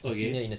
okay